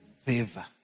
favor